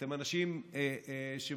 אתם אנשים שמבינים